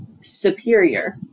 superior